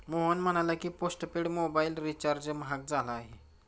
मोहन म्हणाला की, postpaid mobile recharge महाग झाला आहे